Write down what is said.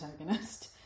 antagonist